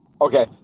Okay